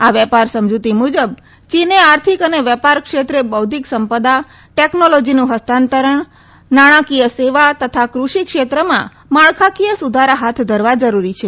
આ વેપાર સમજૂતી મુજબ ચીને આર્થિક અને વેપાર ક્ષેત્રે બૌદ્ધિક સંપદા ટેકનોલોજીનું ફસ્તાંતરણ નાણાંકીય સેવા તથા ક઼ષિ ક્ષેત્રમાં માળખાકીય સુધારા હાથ ધરવા જરૂરી છે